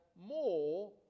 more